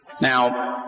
Now